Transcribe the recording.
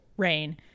rain